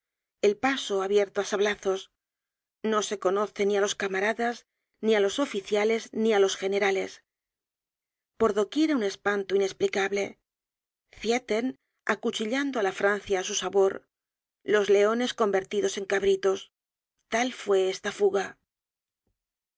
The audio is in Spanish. el paso abierto á sablazos no se conoce ni á los camaradas ni á los oficiales ni á los generales por do quiera un espanto inesplicable zieten acuchillando á la francia á su sabor los leones convertidos en cabritos tal fue esta fuga